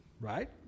right